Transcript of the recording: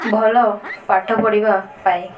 ଭଲ ପାଠ ପଢ଼ିବା ପାଇଁ